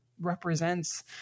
represents